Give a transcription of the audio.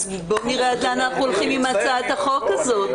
אז בוא נראה עד לאן אנחנו הולכים עם הצעת החוק הזאת.